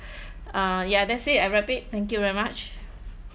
uh ya that's it I wrap it thank you very much